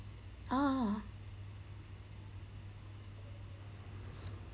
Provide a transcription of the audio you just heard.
ah